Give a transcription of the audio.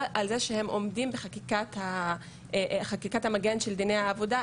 על זה שהם עומדים בחקיקת המגן של דיני העבודה,